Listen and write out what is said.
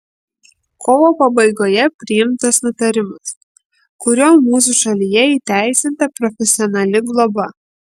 kovo pabaigoje priimtas nutarimas kuriuo mūsų šalyje įteisinta profesionali globa